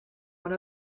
one